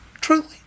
Truly